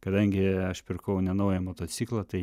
kadangi aš pirkau nenaują motociklą tai